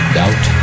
doubt